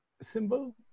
Symbol